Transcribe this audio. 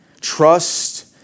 Trust